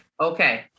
Okay